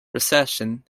recession